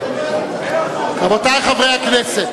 רבותי חברי הכנסת.